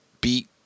beat